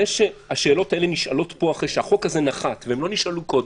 זה שהשאלות האלה נשאלות פה אחרי שהחוק הזה נחת והן לא נשאלו קודם,